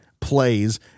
plays